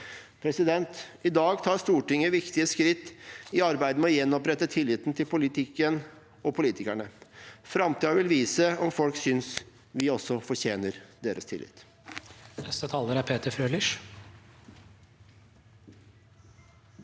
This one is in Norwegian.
i dag. I dag tar Stortinget viktige skritt i arbeidet med å gjenopprette tilliten til politikken og politikerne. Framtiden vil vise om folk synes vi også fortjener deres tillit.